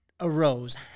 arose